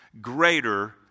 greater